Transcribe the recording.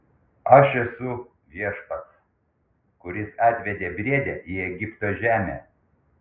aš esu viešpats kuris atvedė briedę į egipto žemę